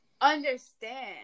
understand